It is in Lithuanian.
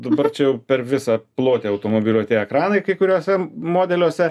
dabar čia jau per visą plotį automobilio tie ekranai kai kuriuose modeliuose